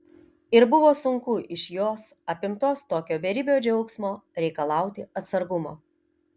ir buvo sunku iš jos apimtos tokio beribio džiaugsmo reikalauti atsargumo